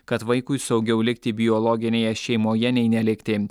kad vaikui saugiau likti biologinėje šeimoje nei nelikti